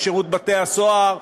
לשירות בתי-הסוהר,